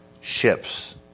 ships